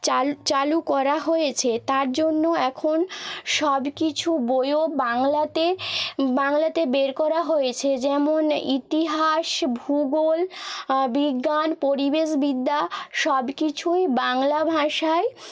চাল চালু করা হয়েছে তার জন্য এখন সব কিছু বইও বাংলাতে বাংলাতে বের করা হয়েছে যেমন ইতিহাস ভূগোল বিজ্ঞান পরিবেশ বিদ্যা সব কিছুই বাংলা ভাষায়